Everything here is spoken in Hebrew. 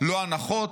ולא הנחות,